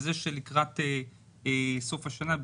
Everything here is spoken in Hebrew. וזה שלקראת סוף השנה,